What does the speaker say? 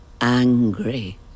angry